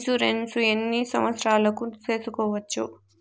Insurance ఎన్ని సంవత్సరాలకు సేసుకోవచ్చు?